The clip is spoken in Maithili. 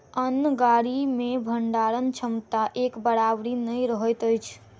अन्न गाड़ी मे भंडारण क्षमता एक बराबरि नै रहैत अछि